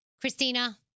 Christina